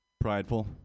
prideful